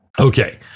Okay